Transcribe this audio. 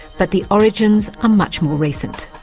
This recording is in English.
but the origins are much more recent.